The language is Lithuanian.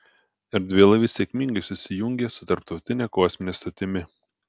erdvėlaivis sėkmingai susijungė su tarptautine kosmine stotimi